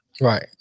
Right